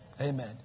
Amen